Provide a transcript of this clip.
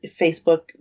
Facebook